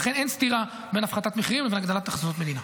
ולכן אין סתירה בין הפחתת מחירים לבין הגדלת הכנסות מדינה.